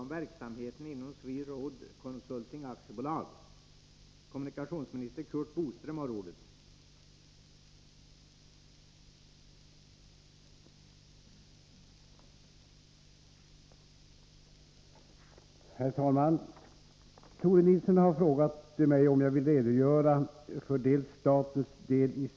Vill statsrådet redogöra för dels statens del i SweRoads kostnader för projekteringar och byggnadsföretag från början, dels vart vinsten från verksamheten går?